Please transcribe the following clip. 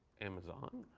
amazon.